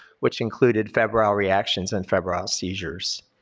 which included febrile reactions and febrile seizures.